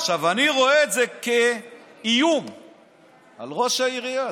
עכשיו, אני רואה את זה כאיום על ראש העירייה.